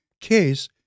case